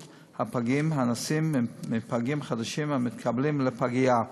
של הפגים הנשאים מפגים חדשים המתקבלים לפגייה.